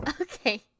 okay